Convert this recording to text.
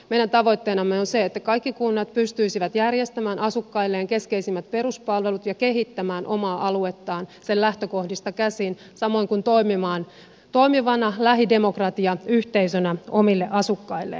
meidän tavoitteenamme on se että kaikki kunnat pystyisivät järjestämään asukkailleen keskeisimmät peruspalvelut ja kehittämään omaa aluettaan sen lähtökohdista käsin samoin kuin toimimaan toimivana lähidemokratiayhteisönä omille asukkailleen